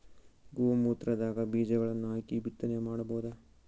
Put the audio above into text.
ಗೋ ಮೂತ್ರದಾಗ ಬೀಜಗಳನ್ನು ಹಾಕಿ ಬಿತ್ತನೆ ಮಾಡಬೋದ?